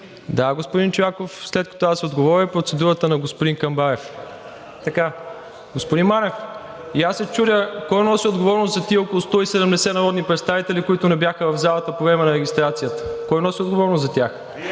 Да, господин Чолаков, след като аз отговоря, е процедурата на господин Камбарев. Господин Манев, и аз се чудя, кой носи отговорност за тези около 170 народни представители, които не бяха в залата по време на регистрацията? Кой носи отговорност за тях?